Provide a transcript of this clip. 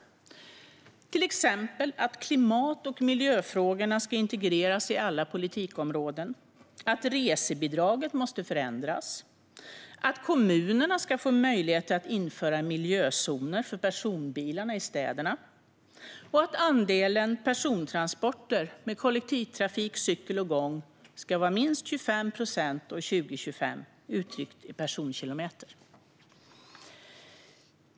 Några exempel är att klimat och miljöfrågorna ska integreras i alla politikområden, att resebidraget måste förändras, att kommunerna ska få möjligheter att införa miljözoner för personbilar i städerna och att andelen persontransporter med kollektivtrafik, cykel och gång ska vara minst 25 procent 2025 uttryckt i personkilometer.